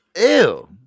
Ew